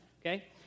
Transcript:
okay